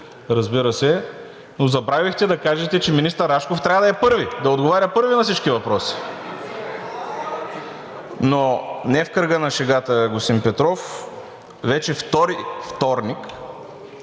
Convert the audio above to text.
разбира се, но забравихте да кажете, че министър Рашков трябва да отговаря първи на всички въпроси. Но не в кръга на шегата, господин Петров. Вече втори вторник